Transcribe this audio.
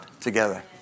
together